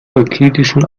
euklidischen